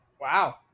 Wow